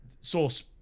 source